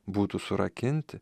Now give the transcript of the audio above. būtų surakinti